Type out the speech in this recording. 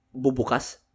bubukas